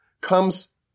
comes